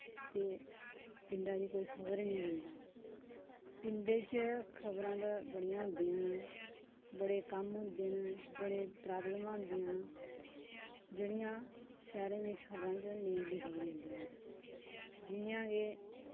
ते पिंडा दी कोई खबर निं दिंदा पिंडें च खबरां ते बड़ियां होंदियां न बड़े कम्म होंदे न बड़ी प्राब्लमां होंदियां न जेह्ड़ियां शैह्रें दी खबरां च नेईं लिखियां जंदियां न जियां के